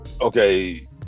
okay